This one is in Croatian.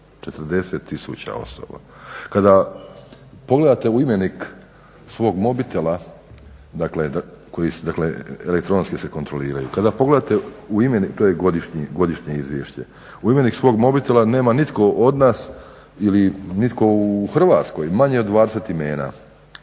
tisuća osoba. Kada pogledate u imenik svog mobitela, dakle elektronski se kontroliraju, kada pogledate u imenik, to je godišnje izvješće, u imenik svog mobitela nema nitko od nas ili nitko u Hrvatskoj manje od 20 imena.